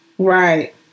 Right